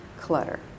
clutter